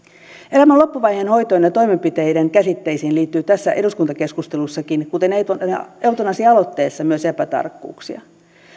elämän loppuvaiheen hoitoon ja toimenpiteiden käsitteisiin liittyy tässä eduskuntakeskustelussakin kuten eutanasia aloitteessa myös epätarkkuuksia